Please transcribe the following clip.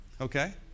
Okay